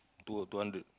to a two hundred